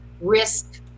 risk